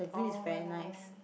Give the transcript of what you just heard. oh